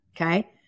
okay